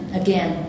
again